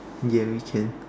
ya we can